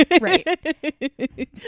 Right